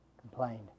Complained